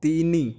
ତିନି